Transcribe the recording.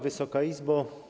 Wysoka Izbo!